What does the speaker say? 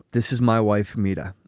this is my wife, meeta.